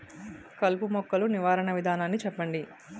కలుపు మొక్కలు నివారణ విధానాన్ని చెప్పండి?